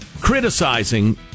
criticizing